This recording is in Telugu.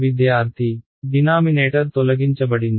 విద్యార్థి డినామినేటర్ తొలగించబడింది